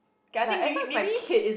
ya okay maybe maybe